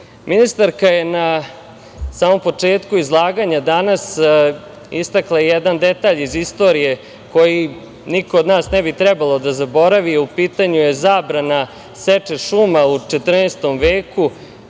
procesu. Ministarka je na samom početku izlaganja danas istakla jedan detalj iz istorije, koji niko od nas ne bi trebalo da zaboravi, u pitanju je zabrana seče šuma u 14. veku